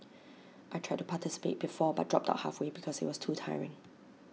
I tried to participate before but dropped out halfway because IT was too tiring